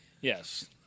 Yes